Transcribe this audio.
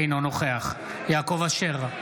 אינו נוכח יעקב אשר,